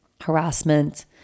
harassment